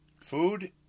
Food